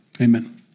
Amen